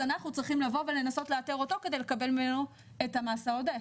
אנחנו צריכים לנסות לאתר אותו כדי לקבל ממנו את המס העודף.